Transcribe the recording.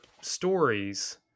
stories